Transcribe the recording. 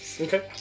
Okay